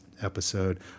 episode